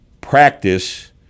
practice